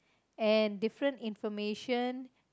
and different information